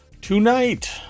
tonight